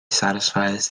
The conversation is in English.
satisfies